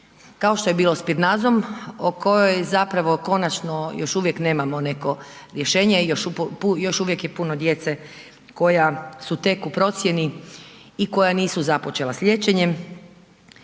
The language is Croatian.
kao što je bilo spinrazom o kojoj zapravo konačno još uvijek nemamo neko rješenje, još uvijek je puno djece koja su tek u procjeni i koja nisu započela s liječenjem